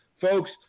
Folks